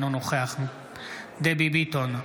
אינו נוכח דבי ביטון,